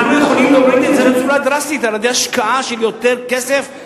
אנחנו יכולים להוריד את זה בצורה דרסטית על-ידי השקעה של יותר כסף,